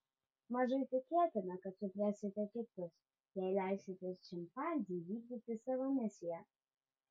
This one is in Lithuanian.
mažai tikėtina kad suprasite kitus jei leisite šimpanzei vykdyti savo misiją